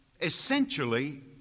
essentially